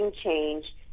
change